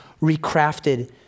recrafted